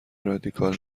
رادیکال